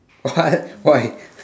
what why